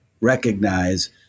recognize